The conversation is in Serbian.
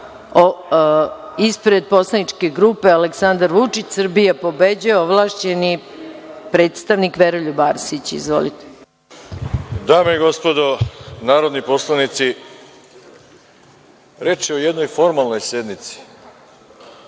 ispred poslaničke grupe Aleksandar Vučić – Srbija pobeđuje ovlašćeni predstavnika Veroljub Arsić. Izvolite. **Veroljub Arsić** Dame i gospodo narodni poslanici, reč je o jednoj formalnoj sednici